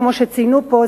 כמו שציינו פה,